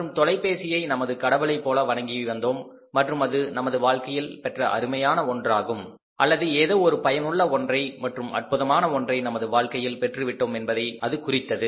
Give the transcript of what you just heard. மற்றும் தொலைபேசியை நமது கடவுளைப் போல வழங்கி வந்தோம் மற்றும் அது நமது வாழ்க்கையில் பெற்ற அருமையான ஒன்றாகும் அல்லது ஏதோ ஒரு பயனுள்ள ஒன்றை மற்றும் அற்புதமான ஒன்றை நமது வாழ்க்கையில் பெற்றுவிட்டோம் என்பதாக இருந்தது